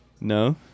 No